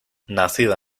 nacida